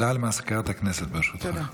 הודעה לסגנית מזכיר הכנסת, ברשותך.